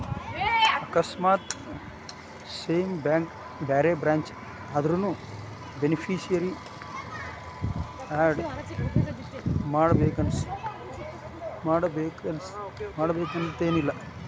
ಆಕಸ್ಮಾತ್ same bank ಬ್ಯಾರೆ branch ಆದ್ರುನೂ ಬೆನಿಫಿಸಿಯರಿ ಆಡ್ ಮಾಡಬೇಕನ್ತೆನಿಲ್ಲಾ